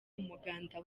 umuganda